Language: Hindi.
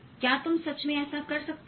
क्या तुम सच में ऐसा कर सकते हो